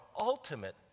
ultimate